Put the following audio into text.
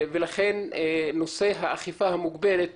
ולכן, נושא האכיפה המוגברת